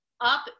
up